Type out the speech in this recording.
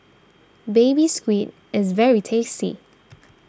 Baby Squid is very tasty